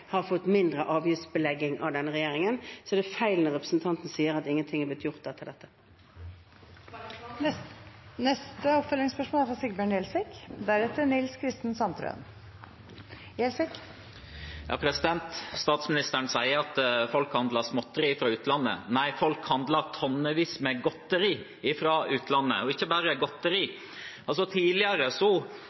har blitt mindre avgiftsbelagt under denne regjeringen. Så det er feil når representanten Navarsete sier at ingenting er blitt gjort etter dette. Sigbjørn Gjelsvik – til oppfølgingsspørsmål. Statsministeren sier at folk handler småtteri fra utlandet. Nei, folk handler tonnevis med godteri fra utlandet – og ikke bare godteri. Tidligere